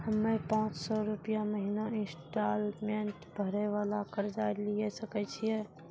हम्मय पांच सौ रुपिया महीना इंस्टॉलमेंट भरे वाला कर्जा लिये सकय छियै?